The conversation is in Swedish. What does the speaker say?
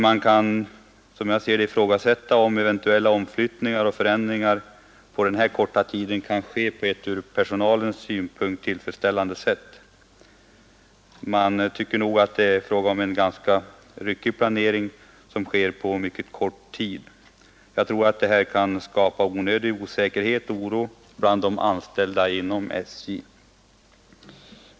Man kan ifrågasätta om eventuella omflyttningar och förändringar på den korta tiden kan ske på ett ur personalens synpunkt tillfredsställande sätt. Det förefaller vara fråga om en mycket ryckig planering på mycket kort sikt. Detta kan skapa onödig osäkerhet och oro bland de anställda inom SJ.